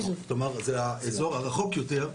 זה האזור הרחוק יותר,